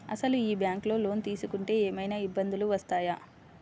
అసలు ఈ బ్యాంక్లో లోన్ తీసుకుంటే ఏమయినా ఇబ్బందులు వస్తాయా?